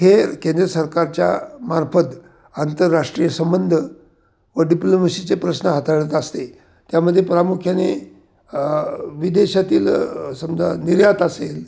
हे केंद्रीय सरकारच्या मार्फत आंतरराष्ट्रीय संबंध व डिप्लोमेशीचे प्रश्न हाताळत असते त्यामध्ये प्रामुख्याने विदेशातील समजा निर्यात असेल